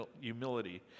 humility